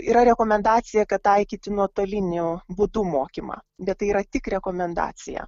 yra rekomendacija kad taikyti nuotoliniu būdu mokymą bet tai yra tik rekomendacija